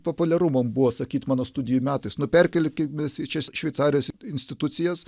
populiaru man buvo sakyt mano studijų metais nu perkelkim mes į šveicarijos institucijas